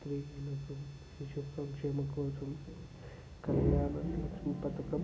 స్త్రీలకు శిశు సంక్షేమం కోసం కళ్యాణ లక్ష్మీ పథకం